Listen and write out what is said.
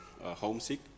homesick